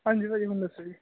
ਹਾਂਜੀ ਭਾਜੀ ਹੁਣ ਦੱਸੋ ਜੀ